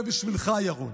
זה בשבילך, ירון.